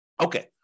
Okay